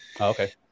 okay